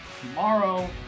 tomorrow